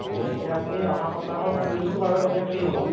হেৰি এতিয়া আপুনি অহা সপ্তাহৰ কোনটো বাৰত এনেই ফ্ৰী হ'ব